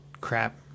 crap